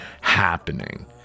happening